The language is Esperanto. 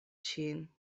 ŝin